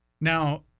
Now